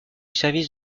service